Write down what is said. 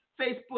Facebook